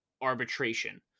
arbitration